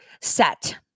set